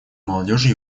молодежи